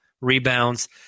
rebounds